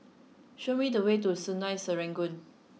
show me the way to Sungei Serangoon